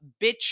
bitch